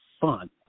fun